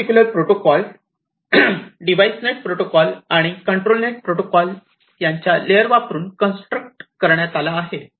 हा particular protocol device net protocol आणि control net protocol यांच्या लेअर वापरून कन्स्ट्रक्ट करण्यात आला आहे